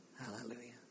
Hallelujah